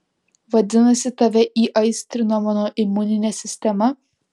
vadinasi tave įaistrino mano imuninė sistema